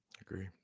Agree